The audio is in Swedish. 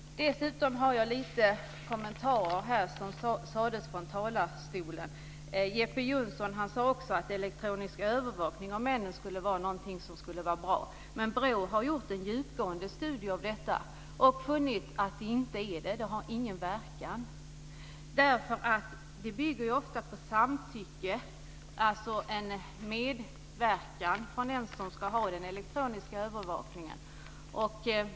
Dessutom har jag några kommentarer till det som sades från talarstolen. Jeppe Johnsson sade att elektronisk övervakning av männen skulle vara bra. Men BRÅ har gjort en djupgående studie av detta och funnit att det inte är det. Det har ingen verkan. Det här bygger nämligen ofta på samtycke, dvs. att den som ska ha den elektroniska övervakningen ska medverka.